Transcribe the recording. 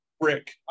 Brick